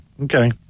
okay